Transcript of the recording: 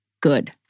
good